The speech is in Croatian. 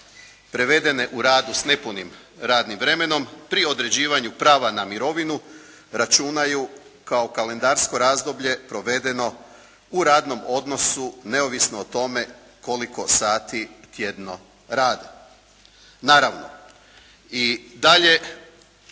prevedene u radu sa nepunim radnim vremenom pri određivanju prava na mirovinu računaju kao kalendarsko razdoblje provedeno u radnom odnosu neovisno o tome koliko sati tjedno rade. Naravno, i dalje